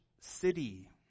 city